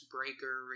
Breaker